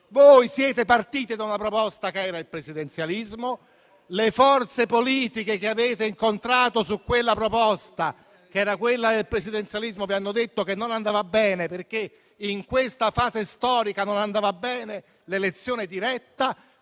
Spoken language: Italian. Siete partiti da una proposta che era quella del presidenzialismo; le forze politiche che avete incontrato su quella proposta del presidenzialismo vi hanno detto che non andava bene, perché in questa fase storica non andava bene l'elezione diretta.